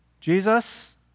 Jesus